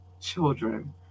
children